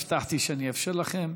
הבטחתי שאני אאפשר לכן.